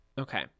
okay